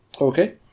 Okay